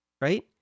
Right